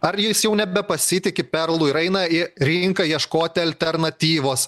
ar jis jau nebepasitiki perlu ir eina į rinką ieškoti alternatyvos